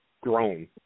grown